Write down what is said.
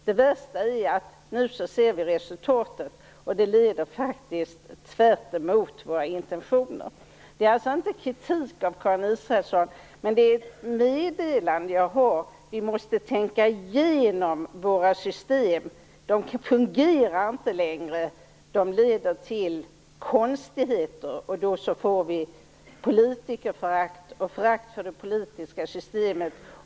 Det värsta är att vi nu ser resultatet, och det leder faktiskt tvärtemot våra intentioner. Detta är alltså inte någon kritik av Karin Israelsson. Det är ett meddelande jag har: Vi måste tänka igenom våra system. De fungerar inte längre. De leder till konstigheter. Vi får politikerförakt och förakt för det politiska systemet.